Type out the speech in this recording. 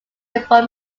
before